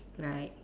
right